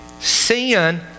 sin